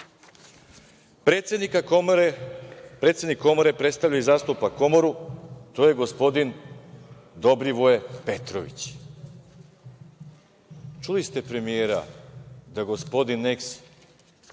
predsednik Komore predstavlja i zastupa Komoru, to je gospodin Dobrivoje Petrović. Čuli ste premijera, da gospodin eh